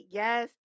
yes